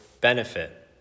benefit